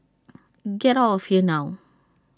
get out of here now